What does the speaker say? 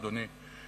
אדוני,